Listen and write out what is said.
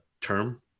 term